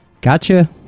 Gotcha